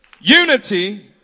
unity